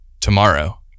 tomorrow